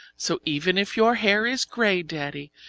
so even if your hair is grey, daddy,